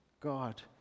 God